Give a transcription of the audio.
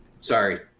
sorry